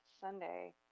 Sunday